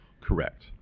Correct